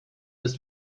ist